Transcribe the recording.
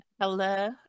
Hello